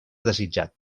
desitjat